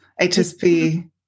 HSP